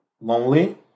lonely